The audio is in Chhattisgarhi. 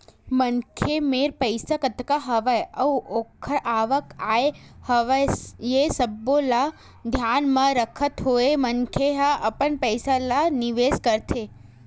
मनखे मेर पइसा कतका हवय अउ ओखर आवक काय हवय ये सब्बो ल धियान म रखत होय मनखे ह अपन पइसा ल निवेस करथे